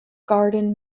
garden